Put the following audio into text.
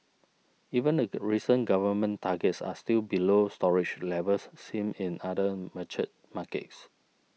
even the recent government targets are still below storage levels seen in other mature markets